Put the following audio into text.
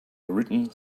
written